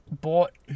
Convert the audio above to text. bought